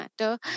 matter